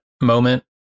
moment